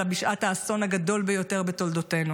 אלא בשעת האסון הגדול ביותר בתולדותינו